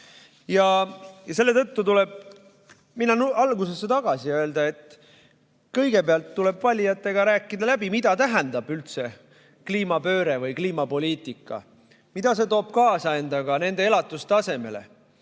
ka. Selle tõttu tuleb minna algusesse tagasi ja öelda, et kõigepealt tuleb valijatega rääkida läbi, mida tähendab üldse kliimapööre või kliimapoliitika, mida see toob endaga kaasa nende elatustasemele.